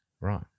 Right